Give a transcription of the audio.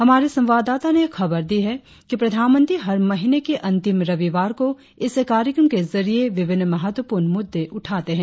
हमारे संवाददाता ने खबर दी है कि प्रधानमंत्री हर महीने के अंतिम रविवार को इस कार्यक्रम के जरिए विभिन्न महत्वपूर्ण मुद्दे उठाते हैं